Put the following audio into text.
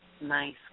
nice